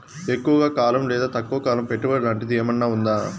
ఎక్కువగా కాలం లేదా తక్కువ కాలం పెట్టుబడి లాంటిది ఏమన్నా ఉందా